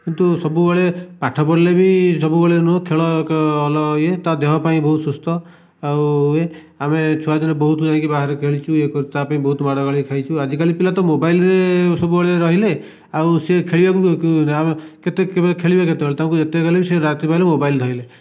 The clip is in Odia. କିନ୍ତୁ ସବୁବେଳେ ପାଠ ପଢ଼ିଲେ ବି ସବୁବେଳେ ନୁହଁ ଖେଳ ଏକ ଭଲ ଇଏ ତା ଦେହ ପାଇଁ ଭଲ ସୁସ୍ଥ ଆଉ ଇଏ ଆମେ ଛୁଆ ଦିନେ ବହୁତ ଯାଇକି ବାହାରେ ଖେଳିଚୁ ୟେ କରିଛୁ ତା' ପାଇଁ ବହୁତ ମାଡ଼ ଗାଳି ଖାଇଚୁ ଆଜିକାଲି ପିଲା ତ ମୋବାଇଲରେ ସବୁବେଳେ ରହିଲେ ଆଉ ସିଏ ଖେଳିବାକୁ କେତେ ଖେଳିବେ କେତେବେଳେ ତାଙ୍କୁ ଏତେ କହିଲେ ବି ସେ ରାତି ପାହିଲେ ମୋବାଇଲ୍ ଧଇଲେ